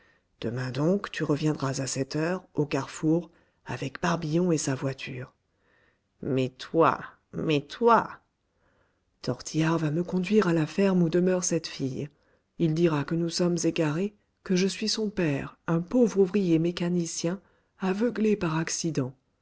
demain donc tu reviendras à cette heure au carrefour avec barbillon et sa voiture mais toi mais toi tortillard va me conduire à la ferme où demeure cette fille il dira que nous sommes égarés que je suis son père un pauvre ouvrier mécanicien aveuglé par accident